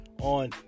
on